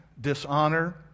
dishonor